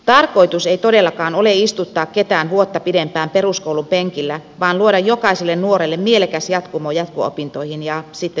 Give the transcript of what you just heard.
tarkoitus ei todellakaan ole istuttaa ketään vuotta pidempään peruskoulun penkillä vaan luoda jokaiselle nuorelle mielekäs jatkumo jatko opintoihin ja sitten työelämään